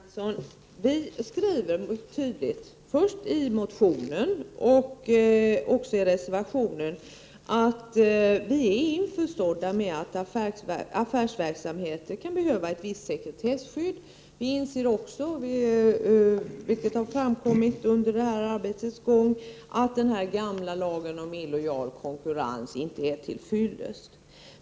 Fru talman! Vi skriver, Lennart Andersson, tydligt i motionen och sedan i reservationen att vi är införstådda med att affärsverksamhet kan behöva ett visst sekretesskydd. Vi inser också, vilket har framkommit under arbetets gång, att den gällande lagen om illojal konkurrens inte är till fyllest.